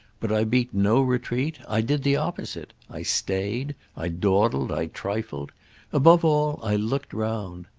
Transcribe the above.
but i beat no retreat i did the opposite i stayed, i dawdled, i trifled above all i looked round.